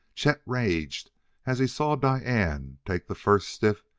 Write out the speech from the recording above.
chet raged as he saw diane take the first stiff,